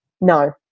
No